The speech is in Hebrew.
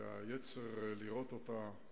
שהיצר לראות אותה,